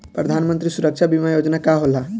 प्रधानमंत्री सुरक्षा बीमा योजना का होला?